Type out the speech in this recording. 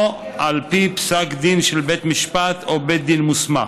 או על פי פסק דין של בית משפט או בית דין מוסמך".